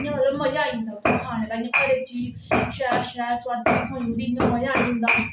इयां मतलब मजा आई जंदा उत्थु खाने दा जियां घरे दी रुट्टी हर चीज शैल स्बादे दी थ्होंदी ते मजा आई जंदा